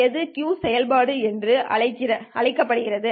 எது Q செயல்பாடு என்று அழைக்கப்படுகிறது